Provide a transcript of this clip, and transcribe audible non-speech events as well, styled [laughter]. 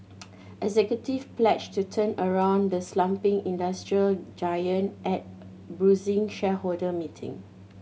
[noise] executive pledged to turn around the slumping industrial giant at a bruising shareholder meeting